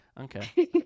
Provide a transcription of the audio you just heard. Okay